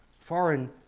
foreign